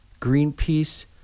Greenpeace